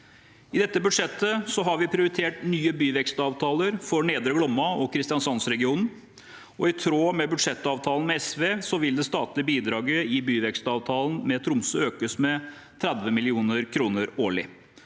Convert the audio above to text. I dette budsjettet har vi prioritert nye byvekstavtaler for Nedre Glomma og Kristiansands-regionen, og i tråd med budsjettavtalen med SV vil det statlige bidraget i byvekstavtalen med Tromsø økes med 30 mill. kr årlig.